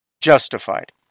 justified